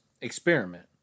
experiment